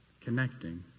connecting